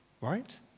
right